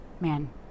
man